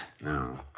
No